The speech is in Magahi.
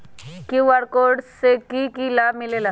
कियु.आर कोड से कि कि लाव मिलेला?